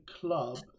club